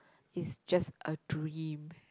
is just a dream